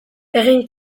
egin